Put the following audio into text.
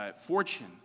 fortune